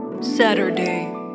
Saturday